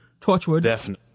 torchwood